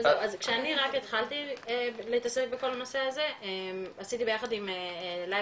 כשאני רק התחלתי להתעסק בכל הנושא הזה עשיתי ביחד עם לילה